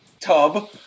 tub—